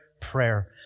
prayer